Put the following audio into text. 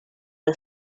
the